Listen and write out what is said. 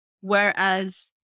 Whereas